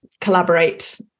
collaborate